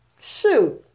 Shoot